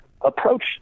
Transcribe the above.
approach